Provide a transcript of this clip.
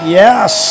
yes